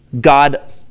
God